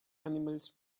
animals